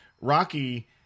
Rocky